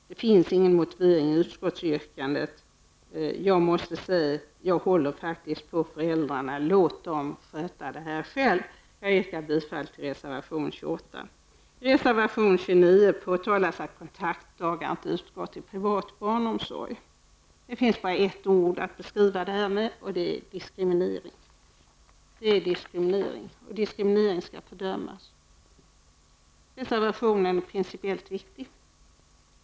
Det finns ingen motivering i utskottsyrkandet. Jag håller på föräldrarna. Låt dem sköta detta själva. Jag yrkar bifall till reservation 28. I reservation 29 påtalas att kontaktdagar inte utgår vid privat barnomsorg. Det finns bara ett ord att beskriva det med: diskriminering. Diskriminering skall fördömas. Reservationen är principiellt viktig.